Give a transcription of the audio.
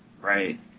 right